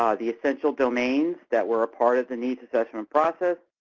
um the essential domains that were a part of the needs assessment process.